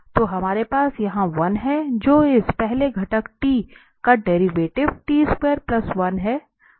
तो हमारे पास यहां 1 है जो इस पहले घटक t का डेरीवेटिव है